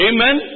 Amen